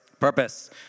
Purpose